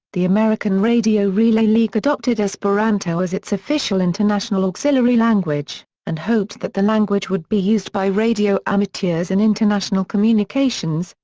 the american radio relay league adopted esperanto as its official international auxiliary language, and hoped that the language would be used by radio amateurs in international communications,